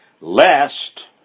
Lest